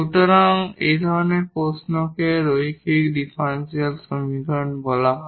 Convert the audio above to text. সুতরাং এই ধরনের প্রশ্নকে লিনিয়ার ডিফারেনশিয়াল সমীকরণ বলা হয়